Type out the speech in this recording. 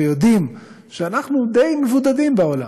ויודעים שאנחנו די מבודדים בעולם,